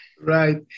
Right